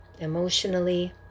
emotionally